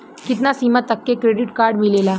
कितना सीमा तक के क्रेडिट कार्ड मिलेला?